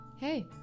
Hey